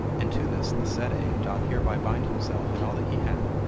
and to this the said a doth hereby bind himself and all that he hath,